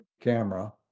camera